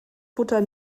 futter